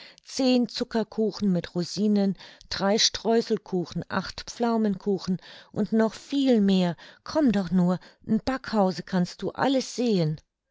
zehn zuckerkuchen mit rosinen drei streußelkuchen acht pflaumenkuchen und noch viel mehr komm doch nur im backhause kannst du alles sehen